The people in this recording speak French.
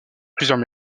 plusieurs